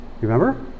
remember